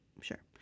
Sure